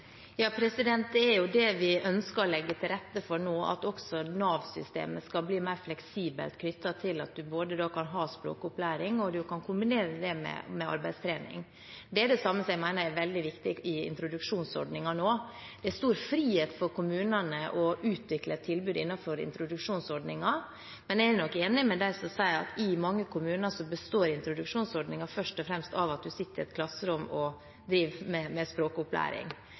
Det er det vi ønsker å legge til rette for nå, at også Nav-systemet skal bli mer fleksibelt knyttet til at en både kan ha språkopplæring og at en kan kombinere det med arbeidstrening. Det er det samme som jeg mener er veldig viktig i introduksjonsordningen nå. Det er stor frihet for kommunene til å utvikle tilbud innenfor introduksjonsordningen, men jeg er nok enig med dem som sier at i mange kommuner består introduksjonsordningen først og fremst av at du sitter i et klasserom og driver med språkopplæring.